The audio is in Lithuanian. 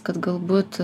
kad galbūt